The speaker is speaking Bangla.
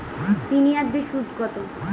সিনিয়ারদের সুদ কত?